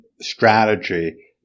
strategy